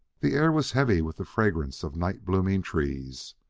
the air was heavy with the fragrance of night-blooming trees.